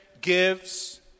gives